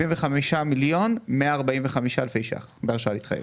75 מיליון ו-145 אלף שקלים בהרשאה להתחייב.